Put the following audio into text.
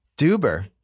Duber